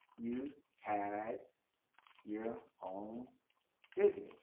you had your home business?